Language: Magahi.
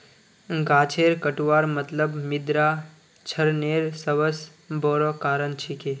गाछेर कटवार मतलब मृदा क्षरनेर सबस बोरो कारण छिके